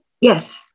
Yes